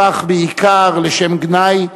הפך בעיקר לשם גנאי,